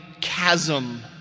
chasm